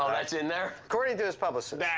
um that's in there? according to his publicist. that's